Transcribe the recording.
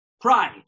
pride